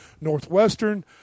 Northwestern